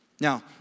Now